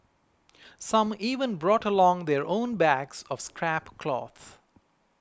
some even brought along their own bags of scrap cloth